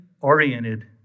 oriented